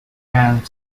and